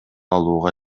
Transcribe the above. алууга